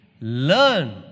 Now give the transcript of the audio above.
learn